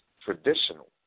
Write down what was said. traditional